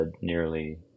nearly